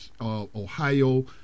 Ohio